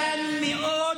אתה קטן מאוד,